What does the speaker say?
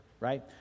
right